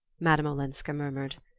madame olenska murmured.